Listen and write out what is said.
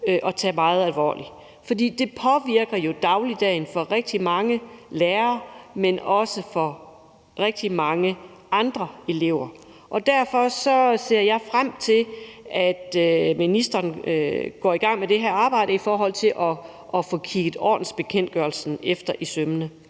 at tage meget alvorligt. For det påvirker jo dagligdagen for rigtig mange lærere, men også for rigtig mange andre elever, og derfor ser jeg også frem til, at ministeren går i gang med det her arbejde med at få kigget ordensbekendtgørelsen efter i sømmene.